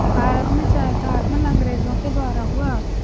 भारत में चाय का आगमन अंग्रेजो के द्वारा हुआ